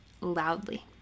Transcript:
loudly